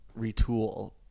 retool